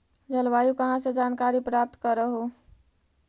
जलवायु कहा से जानकारी प्राप्त करहू?